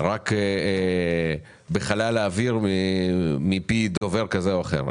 רק בחלל האוויר מפי דובר זה או אחר.